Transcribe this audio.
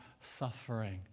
suffering